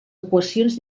equacions